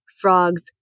frogs